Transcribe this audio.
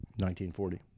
1940